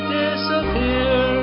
disappear